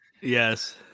Yes